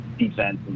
defense